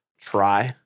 try